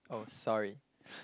oh sorry